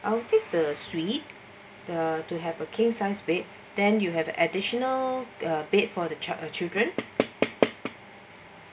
I will take the suite the to have a king size bed then you have additional bed for the child children